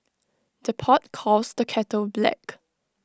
the pot calls the kettle black